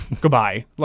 goodbye